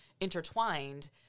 intertwined